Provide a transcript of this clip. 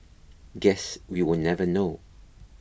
guess we will never know